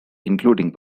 including